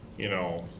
you know,